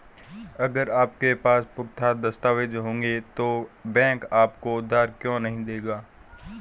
अगर आपके पास पुख्ता दस्तावेज़ होंगे तो बैंक आपको उधार क्यों नहीं देगा?